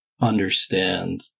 understand